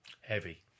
Heavy